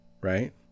Right